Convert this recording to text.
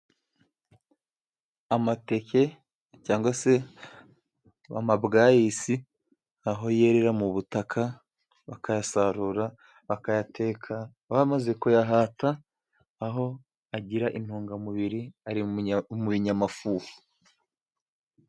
Amateke cyangwa se amabwayisi, aho yerera mu butaka bakayasarura bakayateka bamaze kuyahata, aho agira intungamubir, ari mu binyamafuho.